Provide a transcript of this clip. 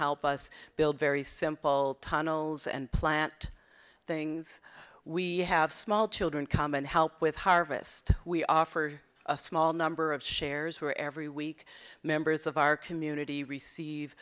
help us build very simple tunnels and plant things we have small children come and help with harvest we offer a small number of shares were every week members of our community receive